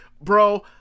bro